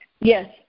Yes